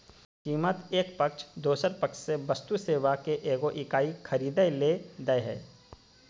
कीमत एक पक्ष दोसर पक्ष से वस्तु सेवा के एगो इकाई खरीदय ले दे हइ